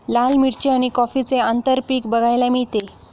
लाल मिरची आणि कॉफीचे आंतरपीक बघायला मिळते